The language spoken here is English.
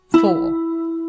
four